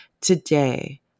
Today